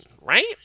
right